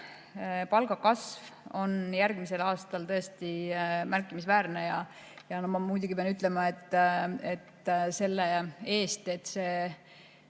palga kasv on järgmisel aastal tõesti märkimisväärne. Ma muidugi pean ütlema, et see otsus